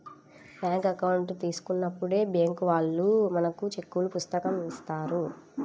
bank account తీసుకున్నప్పుడే bank వాళ్ళు మనకు చెక్కుల పుస్తకం ఇత్తారు